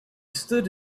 stood